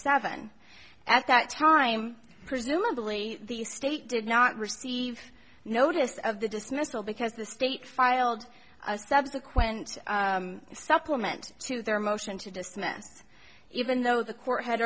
seven at that time presumably the state did not receive notice of the dismissal because the state filed a subsequent supplement to their motion to dismiss even though the court had